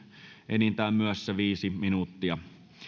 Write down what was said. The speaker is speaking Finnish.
enintään myös se viisi minuuttia